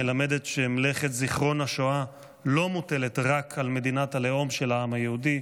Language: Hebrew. מלמדת שמלאכת זיכרון השואה לא מוטלת רק על מדינת הלאום של העם היהודי,